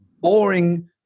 boring